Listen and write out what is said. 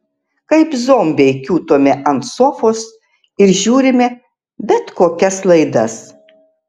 kaip zombiai kiūtome ant sofos ir žiūrime bet kokias laidas